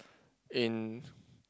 in